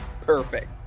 Perfect